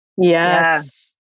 Yes